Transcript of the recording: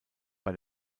bei